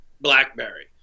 BlackBerry